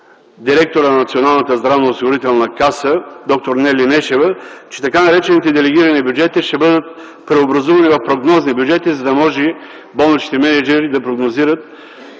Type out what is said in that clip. директорът на Националната здравноосигурителна каса д-р Нели Нешева – че така наречените делегирани бюджети ще бъдат преобразувани в прогнозни бюджети, за да може болничните мениджъри да прогнозират